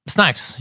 Snacks